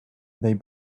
they